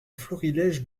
florilège